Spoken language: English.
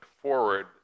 forward